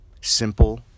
Simple